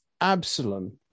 Absalom